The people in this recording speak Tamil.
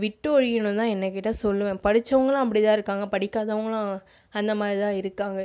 விட்டு ஒழிக்கனும் தான் என்னைய கேட்டால் சொல்லுவேன் படிச்சவங்களும் அப்படி தான் இருக்காங்க படிக்காதவங்களும் அந்த மாதிரி தான் இருக்காங்க